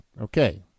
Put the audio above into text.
okay